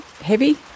heavy